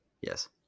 Yes